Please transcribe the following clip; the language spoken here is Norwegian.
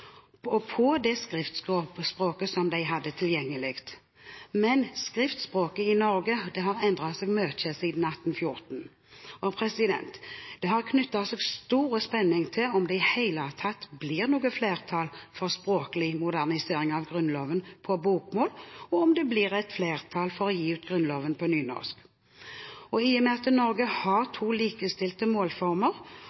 på det skriftspråket som de hadde tilgjengelig. Men skriftspråket i Norge har endret seg mye siden 1814. Det har knyttet seg stor spenning til om det i det hele tatt ville bli flertall for en språklig modernisering av Grunnloven på bokmål, og om det ville bli flertall for å gi ut Grunnloven på nynorsk. I og med at Norge har